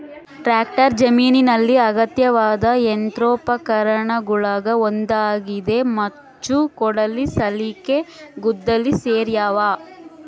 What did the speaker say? tractor ಜಮೀನಿನಲ್ಲಿ ಅಗತ್ಯವಾದ ಯಂತ್ರೋಪಕರಣಗುಳಗ ಒಂದಾಗಿದೆ ಮಚ್ಚು ಕೊಡಲಿ ಸಲಿಕೆ ಗುದ್ದಲಿ ಸೇರ್ಯಾವ